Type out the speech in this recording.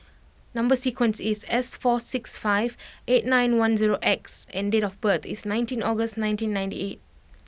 number sequence is S four six five eight nine one zero X and date of birth is nineteenth August nineteen ninety eight